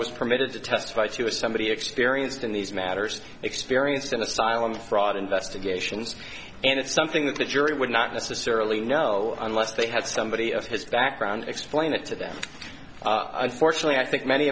was permitted to testify to is somebody experienced in these matters experienced in asylum fraud investigations and it's something that the jury would not necessarily know unless they had somebody of his background explain it to them i fortunately i think many